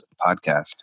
podcast